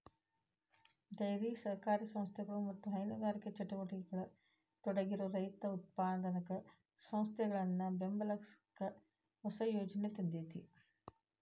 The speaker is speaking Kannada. ಡೈರಿ ಸಹಕಾರಿ ಸಂಸ್ಥೆಗಳು ಮತ್ತ ಹೈನುಗಾರಿಕೆ ಚಟುವಟಿಕೆಯೊಳಗ ತೊಡಗಿರೋ ರೈತ ಉತ್ಪಾದಕ ಸಂಸ್ಥೆಗಳನ್ನ ಬೆಂಬಲಸಾಕ ಹೊಸ ಯೋಜನೆ ತಂದೇತಿ